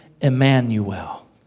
Emmanuel